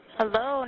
Hello